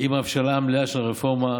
עם ההבשלה המלאה של הרפורמה,